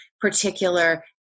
particular